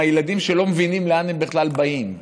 עם הילדים, שלא מבינים לאן הם בכלל באים.